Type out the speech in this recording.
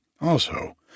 Also